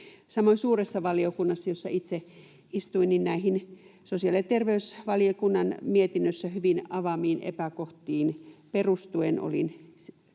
Samoin suuressa valiokunnassa, jossa itse istuin, näihin sosiaali- ja terveysvaliokunnan mietinnössä hyvin avaamiin epäkohtiin perustuen olin